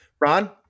Ron